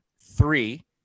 three